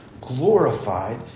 glorified